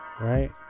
Right